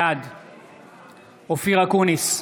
בעד אופיר אקוניס,